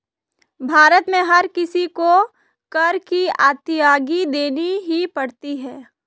भारत में हर किसी को कर की अदायगी देनी ही पड़ती है